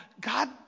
God